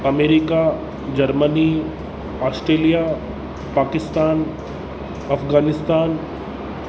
America Germany Australia Pakistan Afghanistan